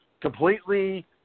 Completely